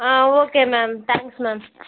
ah okay ma'am thanks ma'am